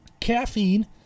caffeine